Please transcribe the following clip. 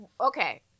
Okay